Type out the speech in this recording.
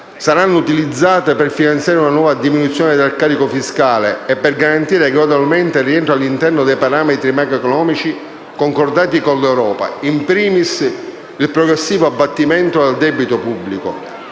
saranno utilizzate per finanziare una nuova diminuzione del carico fiscale e per garantire gradualmente il rientro all'interno dei parametri macroeconomici concordati con l'Europa, *in primis* il progressivo abbattimento del debito pubblico.